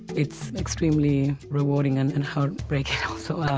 it's extremely rewarding and and heartbreaking also,